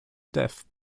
death